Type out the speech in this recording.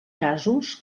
casos